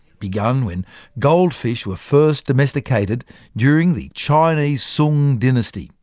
begun when goldfish were first domesticated during the chinese sung dynasty,